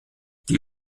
die